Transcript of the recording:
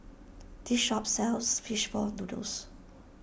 this shop sells Fish Ball Noodles